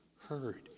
heard